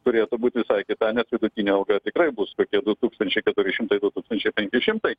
turėtų būt visai kita nes vidutinė alga tikrai bus kokie du tūkstančiai keturi šimtai du tūkstančiai penki šimtai